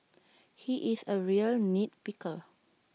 he is A real nit picker